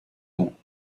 ans